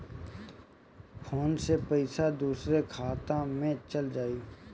Phone से पईसा दूसरे के खाता में चल जाई?